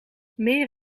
meer